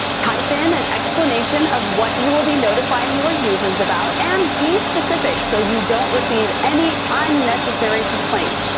type in an explanation of what you'll be notifying your users about, and be specific so you don't receive any unnecessary complaints.